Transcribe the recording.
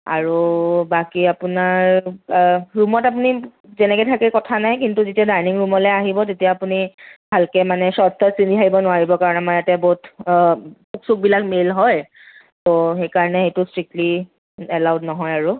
আৰু বাকী আপোনাৰ ৰুমত আপুনি যেনেকৈ থাকে কথা নাই কিন্তু যেতিয়া ডাইনিং ৰুমলৈ আহিব তেতিয়া আপুনি ভালকৈ মানে ছৰ্ট তৰ্ট পিন্ধি আহিব নোৱাৰিব কাৰণ আমাৰ ইয়াতে বহুত কুক চুকবিলাক মেল হয় ত' সেইকাৰণে সেইটো ষ্ট্ৰিকলী এলাউড নহয় আৰু